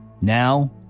Now